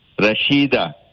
Rashida